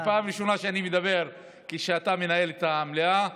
זו פעם ראשונה שאני מדבר כשאתה מנהל את המליאה.